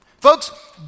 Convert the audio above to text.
Folks